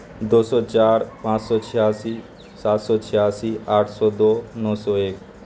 دو سو چار پانچ سو چھیاسی سات سو چھیاسی آٹھ سو دو نو سو ایک